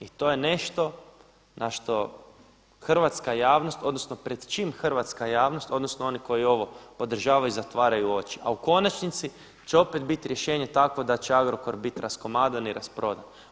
I to je nešto na što hrvatska javnost, odnosno pred čim hrvatska javnost, odnosno oni koji ovo podržavaju zatvaraju oči a u konačnici će opet biti rješenje takvo da će Agrokor biti raskomadan i rasprodan.